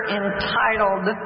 entitled